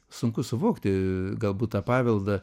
sunku suvokti galbūt tą paveldą